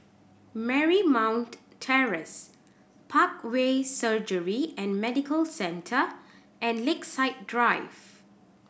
Marymount Terrace Parkway Surgery and Medical Centre and Lakeside Drive